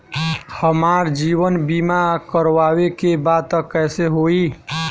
हमार जीवन बीमा करवावे के बा त कैसे होई?